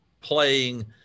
playing